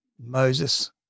Moses